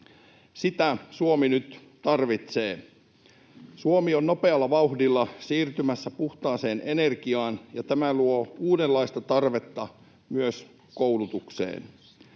Sitä Suomi nyt tarvitsee. Suomi on nopealla vauhdilla siirtymässä puhtaaseen energiaan, ja tämä luo uudenlaista tarvetta myös koulutukselle.